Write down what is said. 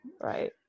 right